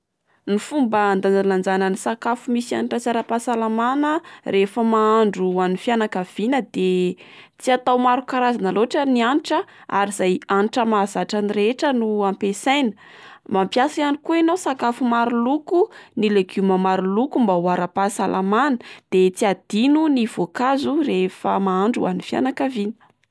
Ny fomba andanjalanjana ny sakafo misy hanitra sy ara-pahasalamana rehefa mahandro ho an'ny fianakaviana de tsy atao maro karazana loatra ny hanitra ary izay hanitra izay mahazatra ny rehetra no ampiasaina. Mampiasa ihany koa enao sakafo maro loko, ny legioma maro loka mba ho ara-pahasalamana de tsy adino ny voankazo rehefa mahandro hoan'ny fianakaviana.